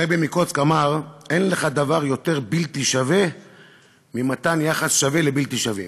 הרבי מקוצק אמר: אין לך דבר יותר בלתי שווה ממתן יחס שווה לבלתי שווים.